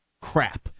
crap